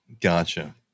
Gotcha